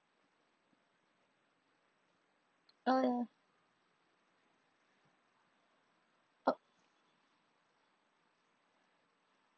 oh ya oh